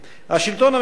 השלטון המקומי,